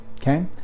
okay